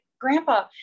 grandpa